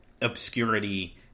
obscurity